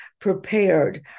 prepared